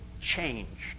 changed